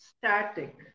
static